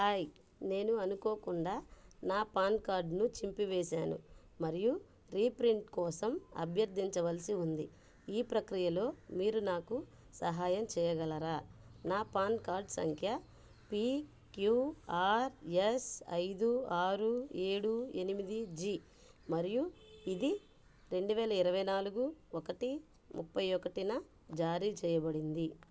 hi నేను అనుకోకుండా నా పాన్ కార్డ్ను చింపివేశాను మరియు రీప్రింట్ కోసం అభ్యర్థించవలసి ఉంది ఈ ప్రక్రియలో మీరు నాకు సహాయం చేయగలరా నా పాన్ కార్డ్ సంఖ్య పీ క్యూ ఆర్ ఎస్ ఐదు ఆరు ఏడు ఎనిమిది జీ మరియు ఇది రెండు వేల ఇరవై నాలుగు ఒకటి ముప్పై ఒకటిన జారీ చేయబడింది